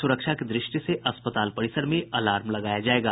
सुरक्षा की दृष्टि से अस्पताल परिसर में अलार्म लगाया जायेगा